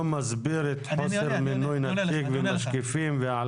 מסביר את חוסר מינוי נציג ומשקיפים.